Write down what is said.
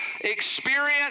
experience